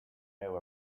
know